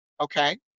Okay